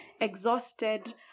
exhausted